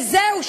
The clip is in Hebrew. שזהו,